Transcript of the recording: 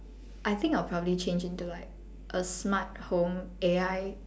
I think I'll probably change into like a smart home A_I